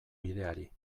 bideari